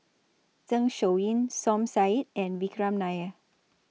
Zeng Shouyin Som Said and Vikram Nair